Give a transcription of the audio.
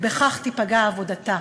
ובכך תיפגע עבודתה.